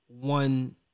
one